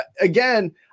again